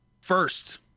first